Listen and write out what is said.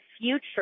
future